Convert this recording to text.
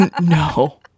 no